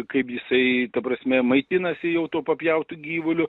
kaip jisai ta prasme maitinasi jau tuo papjautu gyvuliu